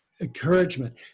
encouragement